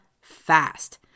fast